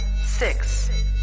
six